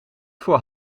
voor